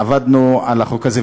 עבדנו על החוק הזה,